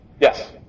yes